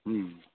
हुँ